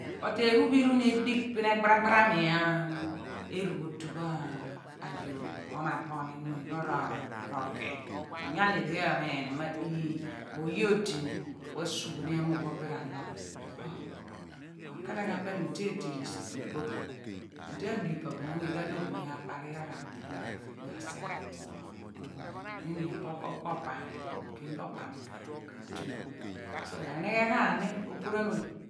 But eern pho irum bini edigh bin eabara gbaram erugh otu pho a yoor dum omar po oom mmunu pho roki onuani di aamino ni mo ii mo oye odi ku asugh ni ehmu pho bin ralogh ro akeregu abem mo odi edi ghi sigh bu iybogh epu iphen edi bo epe oman pho m. Ma tene ghuom bo odi adighi pa bo m umigh loo bin aakpa reghagh am bin m asghe eeni opo ku ko/rpo ami po enaan ingo bo iimi ogenu pho opa mi ka tuni so ri enigheghaami oopuan oleghen